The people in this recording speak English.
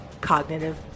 cognitive